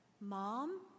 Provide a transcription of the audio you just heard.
Mom